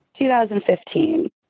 2015